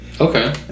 okay